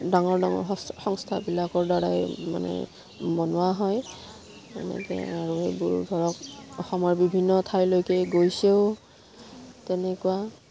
ডাঙৰ ডাঙৰ সংস্থাবিলাকৰ দ্বাৰাই মানে বনোৱা হয় এনেকে আৰু এইবোৰ ধৰক অসমৰ বিভিন্ন ঠাইলৈকে গৈছেও তেনেকুৱা